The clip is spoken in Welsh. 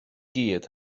gyd